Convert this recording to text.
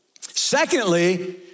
Secondly